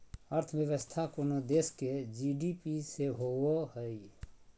अर्थव्यवस्था कोनो देश के जी.डी.पी से होवो हइ